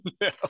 No